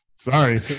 Sorry